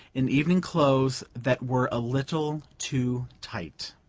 in evening clothes that were a little too tight.